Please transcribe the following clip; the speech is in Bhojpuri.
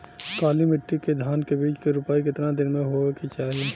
काली मिट्टी के धान के बिज के रूपाई कितना दिन मे होवे के चाही?